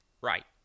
Right